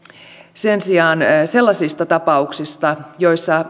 sen sijaan sellaisista tapauksista joissa